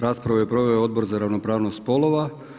Raspravu je proveo Odbor za ravnopravnost spolova.